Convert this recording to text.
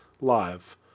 live